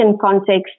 context